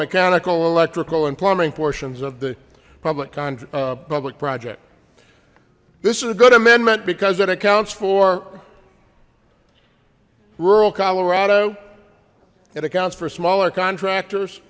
mechanical electrical and plumbing portions of the public on public project this is a good amendment because it accounts for rural colorado it accounts for smaller contractors